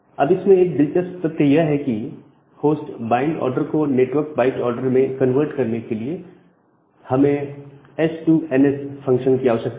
अब इसमें एक दिलचस्प तथ्य यह है कि होस्ट बाइट ऑर्डर को नेटवर्क बाइट ऑर्डर में कन्वर्ट करने के लिए हमें एच टू एनएस फंक्शन की आवश्यकता है